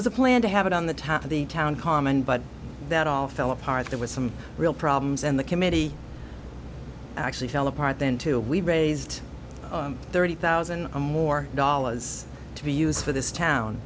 was a plan to have it on the top of the town common but that all fell apart there was some real problems and the committee actually fell apart then too we raised thirty thousand more dollars to be used for this town